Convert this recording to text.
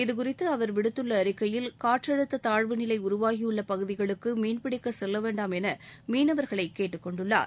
இதுகுறித்து அவர் விடுத்துள்ள அறிக்கையில் காற்றழுத்த தாழ்வுநிலை உருவாகியுள்ள பகுதிகளுக்கு மீன்பிடிக்கச் செல்ல வேண்டாம் என மீனவர்களை கேட்டுக் கொண்டுள்ளார்